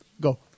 go